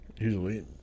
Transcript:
Usually